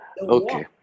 Okay